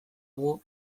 dugu